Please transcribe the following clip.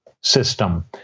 system